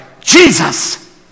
Jesus